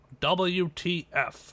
WTF